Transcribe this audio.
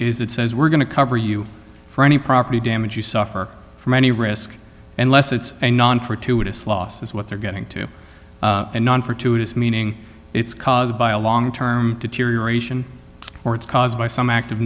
is it says we're going to cover you for any property damage you suffer from any risk unless it's a non for two of us losses what they're getting too and none for two is meaning it's caused by a long term deterioration or it's caused by some act